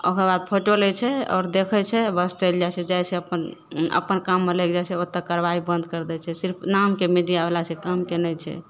ओकरबाद फोटो लै छै आओर देखय छै बस चलि जाइ छै जाइ छै अपन अपन काममे लागि जाइ छै ओतऽ कारबाइ बन्द करि दै छै सिर्फ नामके मीडियावला छै कामके नहि छै